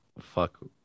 fuck